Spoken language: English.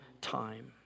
time